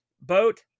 Boat